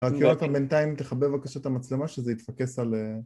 בינתיים תכבה בבקשה את המצלמה שזה יתפקס על